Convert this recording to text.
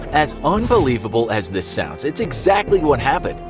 as unbelievable as this sounds, it's exactly what happened.